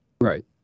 Right